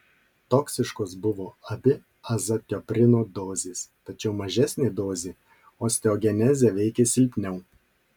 toksiškos buvo abi azatioprino dozės tačiau mažesnė dozė osteogenezę veikė silpniau